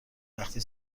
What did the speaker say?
وقتی